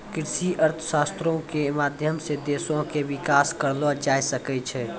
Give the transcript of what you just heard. कृषि अर्थशास्त्रो के माध्यम से देशो के विकास करलो जाय सकै छै